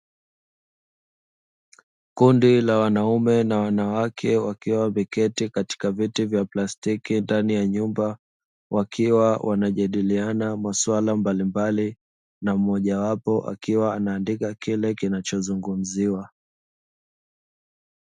Kundi la wanaume na wanawake wameketi katika viti vya plastiki ndani ya nyumba, wakiwa wanajadiliana maswala mbalimbali na mmoja wapo akiandika kile kinachozungumziwa.